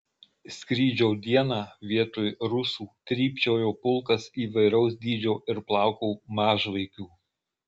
skrydžio dieną vietoj rusų trypčiojo pulkas įvairaus dydžio ir plauko mažvaikių